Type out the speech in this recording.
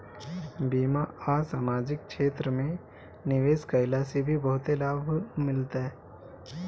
बीमा आ समाजिक क्षेत्र में निवेश कईला से भी बहुते लाभ मिलता